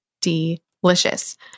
delicious